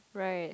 right